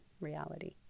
reality